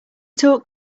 talk